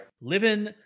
Living